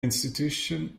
institution